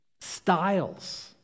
styles